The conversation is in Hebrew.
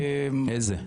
איזה?